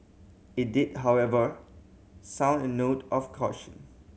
it did however sound a note of caution